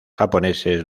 japoneses